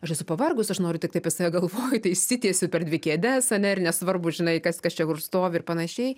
aš esu pavargus aš noriu tiktai apie save galvoju tai išsitiesiu per dvi kėdes ane ir nesvarbu žinai kas kas čia kur stovi ir panašiai